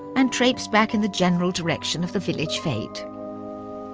and traipsed back in the general direction of the village fete.